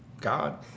God